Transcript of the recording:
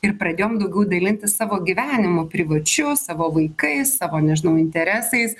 ir pradėjom daugiau dalintis savo gyvenimu privačiu savo vaikais savo nežinau interesais